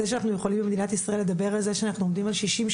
זה שאנחנו יכולים במדינת ישראל לדבר על זה שאנחנו עומדים על שישים,